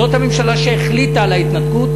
זאת הממשלה שהחליטה על ההתנתקות.